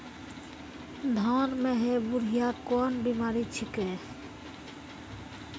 धान म है बुढ़िया कोन बिमारी छेकै?